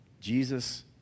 Jesus